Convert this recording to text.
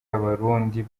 y’abarundi